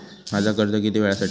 माझा कर्ज किती वेळासाठी हा?